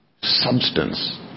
substance